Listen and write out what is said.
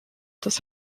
das